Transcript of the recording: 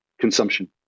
consumption